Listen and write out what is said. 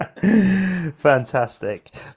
Fantastic